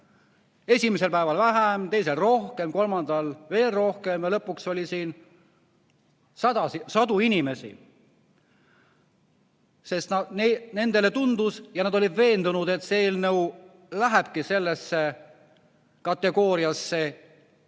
esimesel päeval vähem, teisel rohkem, kolmandal veel rohkem, ja lõpuks oli siin sadu inimesi. Sest nendele tundus ja nad olid veendunud, et see eelnõu lähebki sellesse kategooriasse,